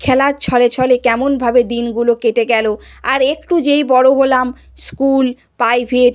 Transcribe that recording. খেলার ছলে ছলে কেমন ভাবে দিনগুলো কেটে গেল আর একটু যেই বড় হলাম স্কুল প্রাইভেট